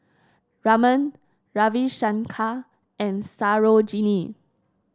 Raman Ravi Shankar and Sarojini